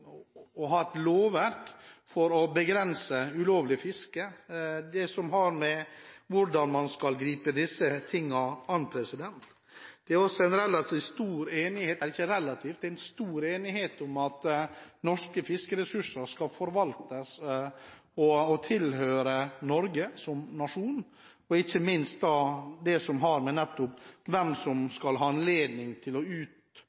begrense ulovlig fiske, og til det som har å gjøre med hvordan man skal gripe disse tingene an. Det er også stor enighet om at norske fiskeressurser skal forvaltes av og tilhøre Norge som nasjon, og ikke minst om det som har å gjøre med hvem som skal ha anledning til å